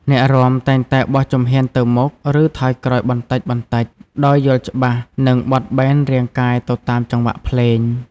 អ្នករាំតែងតែបោះជំហានទៅមុខ ឬថយក្រោយបន្តិចៗ ដោយយល់ច្បាស់ និងបត់បែនរាងកាយទៅតាមចង្វាក់ភ្លេង។